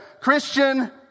Christian